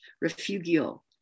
refugio